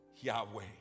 Yahweh